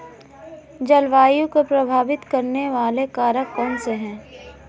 जलवायु को प्रभावित करने वाले कारक कौनसे हैं?